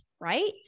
right